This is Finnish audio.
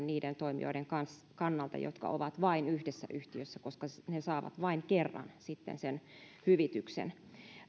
niiden toimijoiden kannalta jotka ovat vain yhdessä yhtiössä koska he saavat sitten vain kerran sen hyvityksen